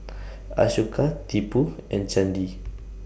Ashoka Tipu and Chandi